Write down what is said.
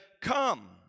come